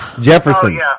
Jefferson